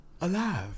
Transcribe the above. alive